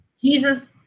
jesus